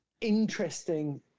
interesting